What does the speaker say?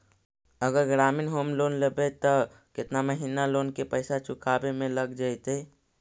अगर ग्रामीण home loan लेबै त केतना महिना लोन के पैसा चुकावे में लग जैतै?